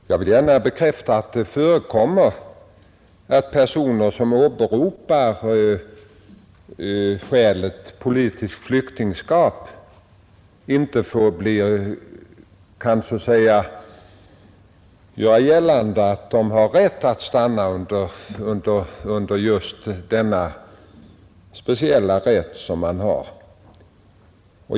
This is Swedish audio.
Fru talman! Jag vill gärna bekräfta att det förekommer att personer som åberopar politiskt flyktingskap inte kan göra gällande att de har rätt att stanna här av just detta skäl.